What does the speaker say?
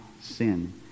sin